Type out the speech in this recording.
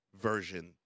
version